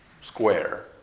square